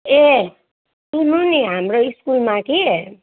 ए सुन्नु नि हाम्रो स्कुलमा कि